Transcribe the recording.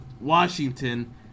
Washington